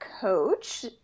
coach